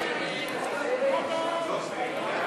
הכנסת (תיקון,